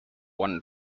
one